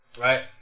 Right